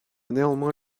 néanmoins